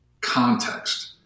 context